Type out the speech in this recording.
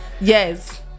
yes